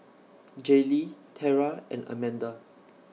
Jaylee Tera and Amanda